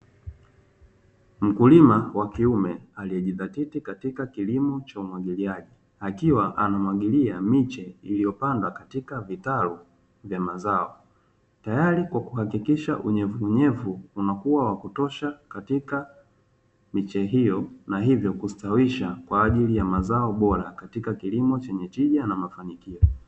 Mkulima wa kiume aliyejidhatiti katika kilimo cha umwagiliaji, akiwa anamwagilia miche iliyopandwa katika vitalu vya mazao, tayari kwa kuhakikisha unyevuunyevu unakuwa wa kutosha katika miche hiyo na hivyo kustawisha kwa ajili ya mazao bora katika kilimo chenye tija na mafanikio.